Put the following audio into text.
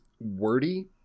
wordy